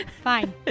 Fine